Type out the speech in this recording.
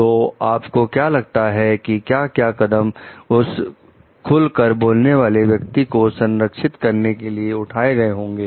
तो आपको क्या लगता है कि क्या क्या कदम उस खुलकर बोलने वाले व्यक्ति को संरक्षित करने के लिए उठाए गए होंगे